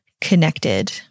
connected